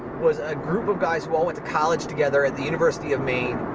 was a group of guys who all went to college together at the university of maine,